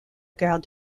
gare